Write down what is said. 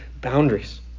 boundaries